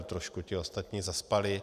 Trošku ti ostatní zaspali.